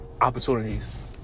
opportunities